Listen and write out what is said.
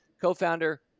co-founder